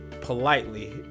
politely